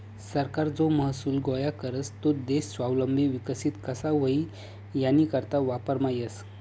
सरकार जो महसूल गोया करस तो देश स्वावलंबी विकसित कशा व्हई यानीकरता वापरमा येस